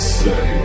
say